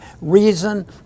reason